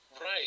Right